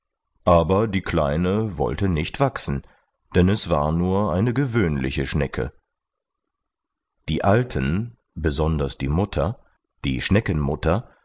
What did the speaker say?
aber die kleine wollte nicht wachsen denn es war nur eine gewöhnliche schnecke die alten besonders die mutter die